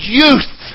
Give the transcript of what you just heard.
youth